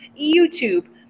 YouTube